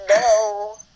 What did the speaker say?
No